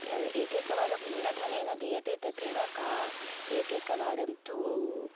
एकेकवारं न्यूनधनेन दीयते तथैव का एकेकवारं तु